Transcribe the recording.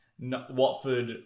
Watford